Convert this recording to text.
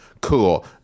Cool